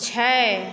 छै